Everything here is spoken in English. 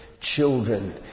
children